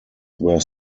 were